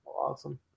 awesome